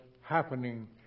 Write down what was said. happening